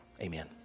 amen